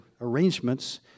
arrangements